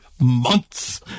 months